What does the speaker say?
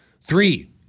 Three